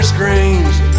Screams